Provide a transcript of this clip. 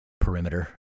perimeter